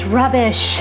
rubbish